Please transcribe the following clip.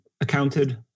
accounted